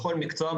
בכל מקצוע,